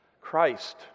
Christ